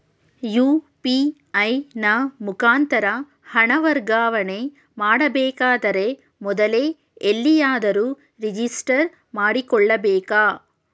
UPI ನ ಮುಖಾಂತರ ಹಣ ವರ್ಗಾವಣೆ ಮಾಡಬೇಕಾದರೆ ಮೊದಲೇ ಎಲ್ಲಿಯಾದರೂ ರಿಜಿಸ್ಟರ್ ಮಾಡಿಕೊಳ್ಳಬೇಕಾ?